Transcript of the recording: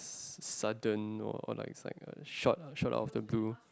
s~ sudden or like is like a short of short of the blue